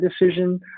decision